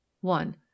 One